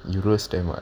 you roast them [what]